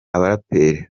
abaraperi